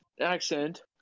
accent